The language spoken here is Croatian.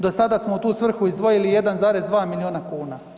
Do sada smo u tu svrhu izdvojili 1,2 milijunu kuna.